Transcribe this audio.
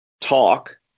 talk